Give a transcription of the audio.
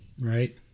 Right